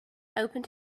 opened